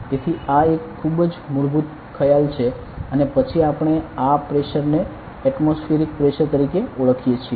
તેથી આ એક ખૂબ જ મૂળભૂત ખ્યાલ છે અને પછી આપણે આ પ્રેશર ને એટમોસફીયરીક પ્રેશર તરીકે ઓળખીએ છીએ